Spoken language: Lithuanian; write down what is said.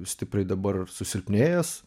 stipriai dabar susilpnėjęs